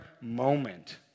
moment